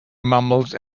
mumbled